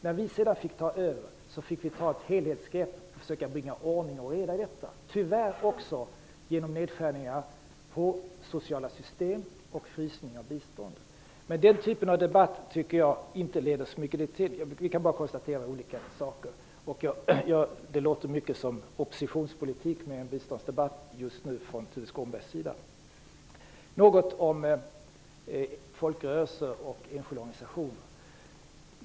När vi sedan fick ta över fick vi ta ett helhetsgrepp för att försöka bringa ordning och reda i detta. Det måste tyvärr också ske genom nedskärningar i sociala system och genom en frysning av biståndet. Men jag tycker inte att den här typen av debatt leder till så mycket. Vi kan bara konstatera olika saker. Det låter som oppositionspolitik från Tuve Skånbergs sida att just nu föra en biståndsdebatt. Jag vill också ta upp folkrörelser och enskilda organisationer.